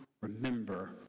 remember